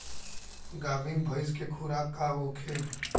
गाभिन भैंस के खुराक का होखे?